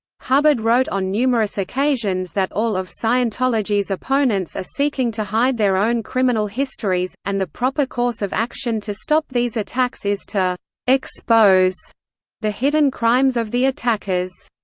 hubbard wrote on numerous occasions that all of scientology's opponents are seeking to hide their own criminal histories, and the proper course of action to stop these attacks is to expose the hidden crimes of the attackers.